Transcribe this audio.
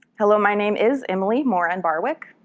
hello, my name is emily moran barwick.